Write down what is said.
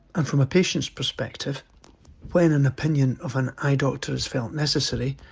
and from a patient's perspective when an opinion of an eye doctor is felt necessary,